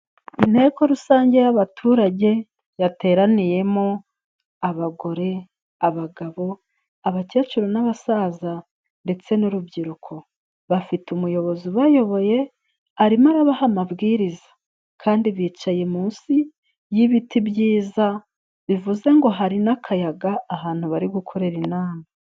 Inteko rusange y'abaturage yateraniyemo abagore, abagabo, abakecuru n'abasaza, ndetse n'urubyiruko, bafite umuyobozi ubayoboye arimo arabaha amabwiriza kandi bicaye munsi y'ibiti byiza, bivuze ngo hari n'akayaga ahantu bari gukorera inama